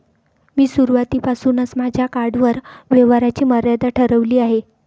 मी सुरुवातीपासूनच माझ्या कार्डवर व्यवहाराची मर्यादा ठेवली आहे